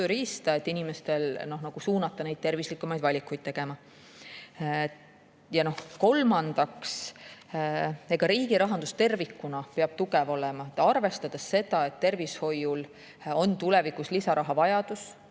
et inimesi suunata tervislikumaid valikuid tegema. Kolmandaks, riigi rahandus tervikuna peab tugev olema, arvestades seda, et tervishoiul on tulevikus lisaraha vaja.